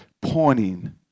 pointing